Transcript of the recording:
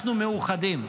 אנחנו מאוחדים.